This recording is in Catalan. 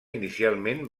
inicialment